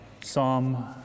Psalm